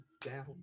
down